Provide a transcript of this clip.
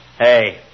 Hey